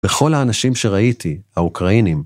וכל האנשים שראיתי, האוקראינים.